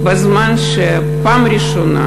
כשהעולה